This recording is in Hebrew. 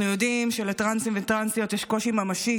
אנחנו יודעים שלטרנסים וטרנסיות יש קושי ממשי